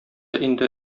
инде